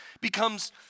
becomes